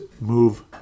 move